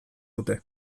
dute